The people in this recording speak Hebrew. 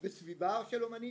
דיבת הארץ רעה,